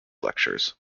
lectures